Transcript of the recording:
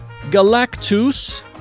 galactus